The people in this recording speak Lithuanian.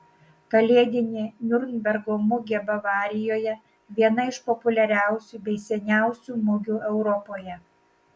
kalėdinė niurnbergo mugė bavarijoje viena iš populiariausių bei seniausių mugių europoje